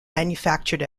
manufactured